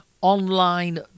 online